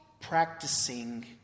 Practicing